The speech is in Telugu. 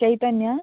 చేైతన్య